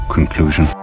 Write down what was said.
conclusion